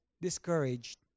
discouraged